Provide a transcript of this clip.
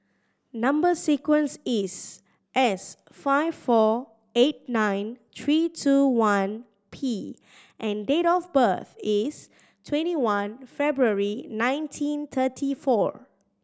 number sequence is S five four eight nine three two one P and date of birth is twenty one February nineteen thirty four